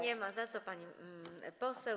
Nie ma za co, pani poseł.